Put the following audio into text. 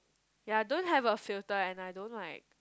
yeah don't have a filter and I don't like